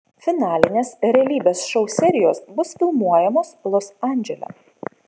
finalinės realybės šou serijos bus filmuojamos los andžele